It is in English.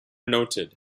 noted